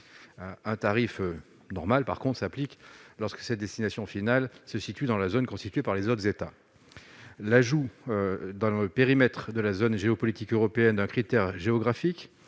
un tarif normal, par contre, applique lorsque sa destination finale se situe dans la zone constituée par les autres États l'ajout dans le périmètre de la zone géopolitique européenne un critère géographique